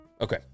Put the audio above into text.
Okay